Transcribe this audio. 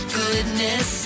goodness